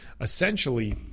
essentially